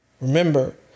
Remember